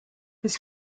his